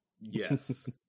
yes